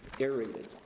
aerated